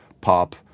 pop